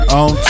on